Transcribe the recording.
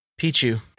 Pichu